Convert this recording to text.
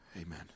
Amen